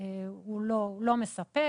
לא מספק.